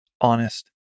honest